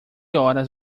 horas